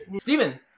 Steven